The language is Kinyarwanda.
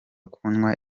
kunywa